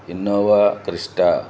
Innova Crysta